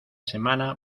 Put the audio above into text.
semana